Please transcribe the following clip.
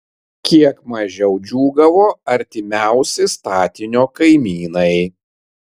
kiek mažiau džiūgavo artimiausi statinio kaimynai